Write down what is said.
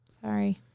Sorry